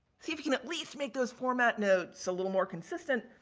see if you can at least make those format notes a little more consistent.